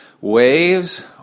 waves